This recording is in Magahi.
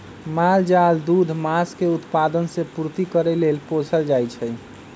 माल जाल दूध, मास के उत्पादन से पूर्ति करे लेल पोसल जाइ छइ